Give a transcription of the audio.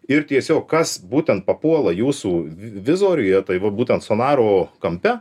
ir tiesiog kas būtent papuola jūsų v vizoriuje tai va būtent sonaro kampe